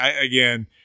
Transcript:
again